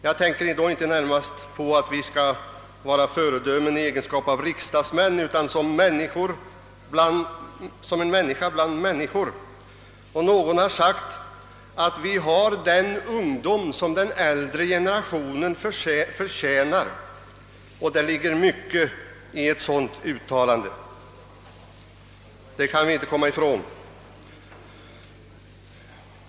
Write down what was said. Jag tänker då inte närmast på att vi skall vara föredömen i egenskap av riksdagsmän utan vi skall vara ett föredöme som människa bland människor. Någon har sagt att vi har den ungdom som den äldre generationen förtjänar. Det ligger mycket i ett sådant uttalande, det kan vi inte komma ifrån.